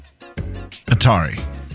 Atari